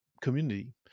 community